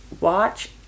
watch